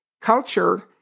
culture